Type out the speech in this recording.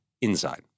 inside